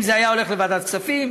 אם זה היה הולך לוועדת הכספים,